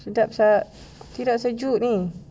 sedap saat tidak sejuk ni